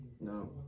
No